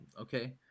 okay